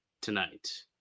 tonight